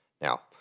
Now